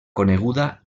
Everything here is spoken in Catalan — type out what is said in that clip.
coneguda